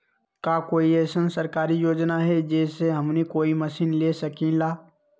का कोई अइसन सरकारी योजना है जै से हमनी कोई मशीन ले सकीं ला?